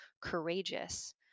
courageous